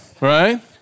Right